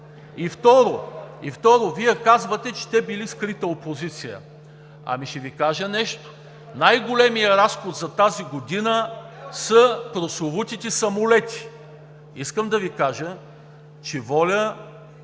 ли е? Вие казвате, че те били скрита опозиция. Ами ще Ви кажа нещо: най-големият разход за тази година са прословутите самолети. Искам да Ви кажа, че ВОЛЯ